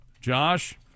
Josh